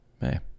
hey